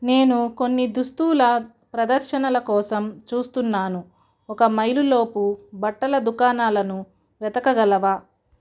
నేను కొన్ని దుస్తువుల ప్రదర్శనల కోసం చూస్తున్నాను ఒక మైలులోపు బట్టల దుకాణాలను వెతకగలవా